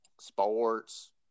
sports